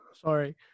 Sorry